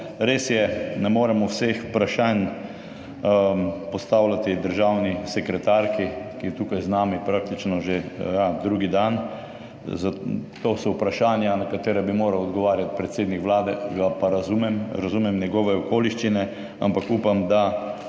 Res je, ne moremo vseh vprašanj postavljati državni sekretarki, ki je tukaj z nami praktično že drugi dan, to so vprašanja, na katera bi moral odgovarjati predsednik Vlade. Ga pa razumem, razumem njegove okoliščine, ampak upam, da